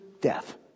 death